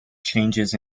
changes